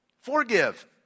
Forgive